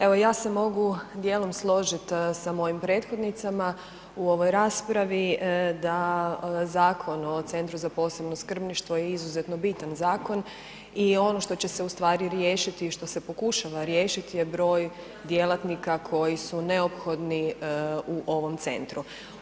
Evo ja se mogu dijelom složiti sa mojim prethodnicama u ovoj raspravi da Zakon o Centru za posebno skrbništvo je izuzetno bitan zakon i ono što će se ustvari riješiti i što se pokušava riješiti je broj djelatnika koji su neophodni u ovom centru.